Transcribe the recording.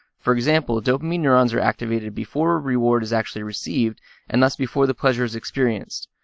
for example, dopamine neurons are activated before a reward is actually received and thus before the pleasure is experienced.